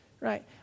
Right